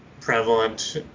prevalent